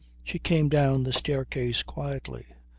she came down the staircase quietly,